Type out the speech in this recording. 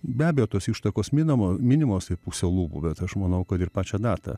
be abejo tos ištakos minamo minimos ir puse lūpų bet aš manau kad ir pačią datą